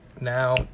Now